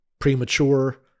premature